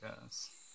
Yes